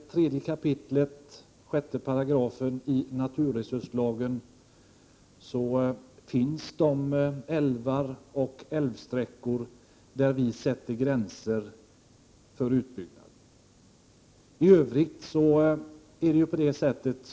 I 3 kap. 6 § naturresurslagen finns de älvar och älvsträckor för vilka vi sätter gränser för utbyggnad uppräknade.